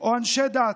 או אנשי דת.